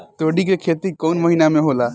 तोड़ी के खेती कउन महीना में होला?